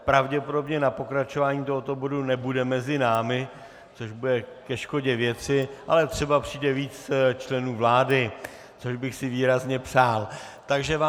Pravděpodobně na pokračování tohoto bodu nebude mezi námi, což bude ke škodě věci, ale třeba přijde víc členů vlády, což bych si výrazně přál.